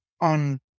on